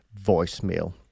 voicemail